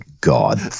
god